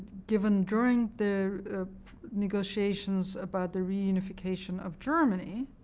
given during the negotiations about the reunification of germany.